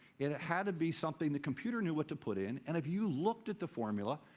it it had to be something the computer knew what to put in. and if you looked at the formula,